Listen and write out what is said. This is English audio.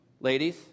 ladies